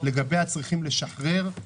לגבי הצרכים לשחרר,